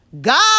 God